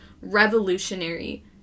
revolutionary